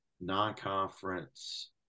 non-conference